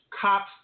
cops